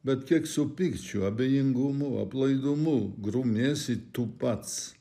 bet kiek su pykčiu abejingumu aplaidumu grumiesi tu pats